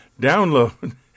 download